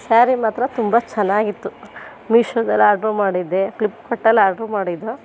ಸ್ಯಾರಿ ಮಾತ್ರ ತುಂಬ ಚೆನ್ನಾಗಿತ್ತು ಮೀಶೋದಲ್ಲಿ ಆರ್ಡ್ರ್ ಮಾಡಿದ್ದೆ ಪಿಲ್ ಪ್ಲಿಪ್ಕಾರ್ಟಲ್ಲಿ ಆರ್ಡ್ರ್ ಮಾಡಿದ್ದೋ